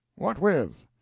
what with?